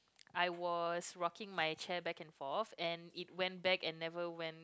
I was walking my chair back and forth and it went back and never went